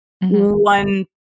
one